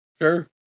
sure